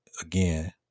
again